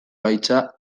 gaitza